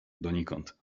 donikąd